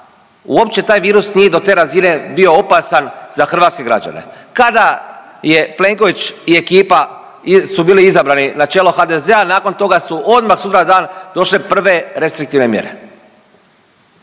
uopće taj virus nije do te razine bio opasan za hrvatske građane. Kada je Plenković i ekipa su bili izabrani na čelo HDZ-a nakon toga su odmah sutradan došle prve restriktivne mjere.